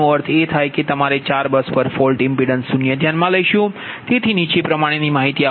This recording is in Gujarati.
આનો અર્થ એ થાય કે આપણે બસ 4 પર ફોલ્ટ ઇમ્પિડન્સ 0 ધ્યાનમાં લઇશું તેથી માહિતી નીચે પ્ર્માણે આપવામાં આવે છે